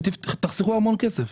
ותחסכו המון כסף.